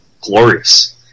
glorious